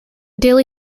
daily